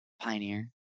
Pioneer